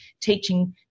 teaching